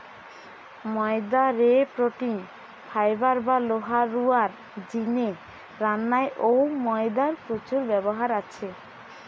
ময়দা রে protein, fibre বা লোহা রুয়ার জিনে রান্নায় অউ ময়দার প্রচুর ব্যবহার আছে